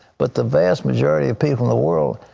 but the vast majority of people in the world,